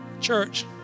Church